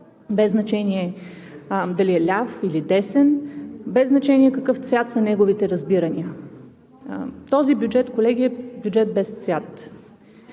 без значение дали е ляв, или десен, без значение какъв цвят са неговите разбирания. Колеги, този бюджет е бюджет без цвят.